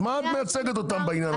אז מה את מייצגת אותן בעניין הזה?